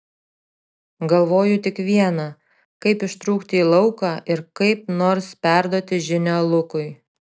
galvojo tik viena kaip ištrūkti į lauką ir kaip nors perduoti žinią lukui